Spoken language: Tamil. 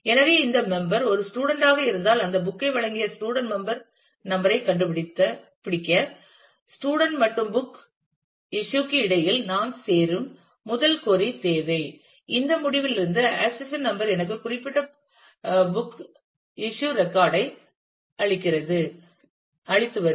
எனவே இந்த மெம்பர் ஒரு ஸ்டூடண்ட் ஆக இருந்தால் அந்த புக் ஐ வழங்கிய ஸ்டூடண்ட் மெம்பர் நம்பர் ஐ கண்டுபிடிக்க ஸ்டூடண்ட் மற்றும் புக் ப்ராப்ளம் இஸ்யூ க்கு இடையில் நாம் சேரும் முதல் கொறி தேவை இந்த முடிவிலிருந்து ஆக்சஷன் நம்பர் எனக்கு குறிப்பிட்ட புத்தக வெளியீட்டு ரெக்கார்ட் ஐ அளிக்கிறது வரும்